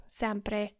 sempre